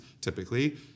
Typically